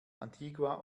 antigua